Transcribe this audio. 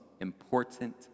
important